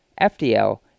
FDL